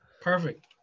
Perfect